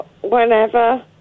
Whenever